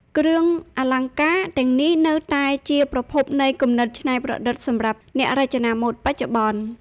គ្រឿងអលង្ការទាំងនេះនៅតែជាប្រភពនៃគំនិតច្នៃប្រឌិតសម្រាប់អ្នករចនាម៉ូដបច្ចុប្បន្ន។